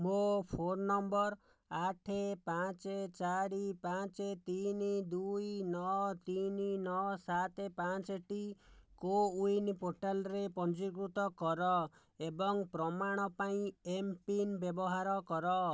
ମୋ phone number ଆଠ ପାଞ୍ଚ ଚାରି ପାଞ୍ଚ ତିନି ଦୁଇ ନଅ ତିନି ନଅ ସାତ ପାଞ୍ଚ ଟି କୋ ୱିନ୍ ପୋର୍ଟାଲରେ ପଞ୍ଜୀକୃତ କର ଏବଂ ପ୍ରମାଣ ପାଇଁ ଏମ୍ପିନ୍ ବ୍ୟବହାର କର